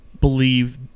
believe